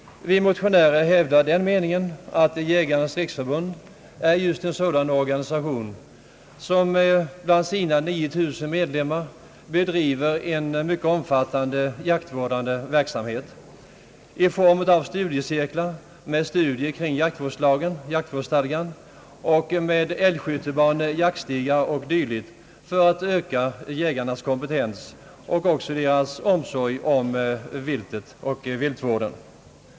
Vi motionärer hävdar att Jägarnas riksförbund just är en sådan organisation, som bland sina 39000 medlemmar bedriver en mycket omfattande jaktvårdande verksamhet i form av studiecirklar med studier kring jaktvårdsstadgar, älgskyttebanor, jaktstadgar o. d. för att öka jägarnas kompetens och även deras omsorg om viltet och viltvården.